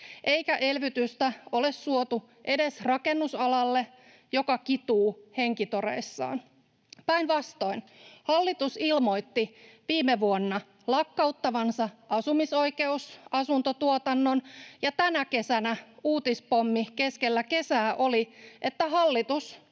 eikä elvytystä ole suotu edes rakennusalalle, joka kituu henkitoreissaan. Päinvastoin, hallitus ilmoitti viime vuonna lakkauttavansa asumisoikeusasuntotuotannon, ja tänä kesänä uutispommi keskellä kesää oli, että hallitus